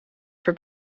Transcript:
for